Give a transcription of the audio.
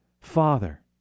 Father